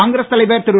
காங்கிரஸ் தலைவர் திரு